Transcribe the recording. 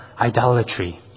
idolatry